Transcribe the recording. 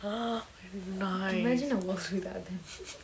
how nice